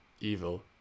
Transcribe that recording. evil